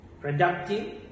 productive